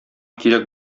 кирәк